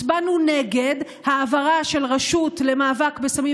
הצבענו נגד העברה של הרשות למאבק בסמים